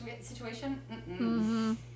situation